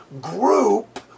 group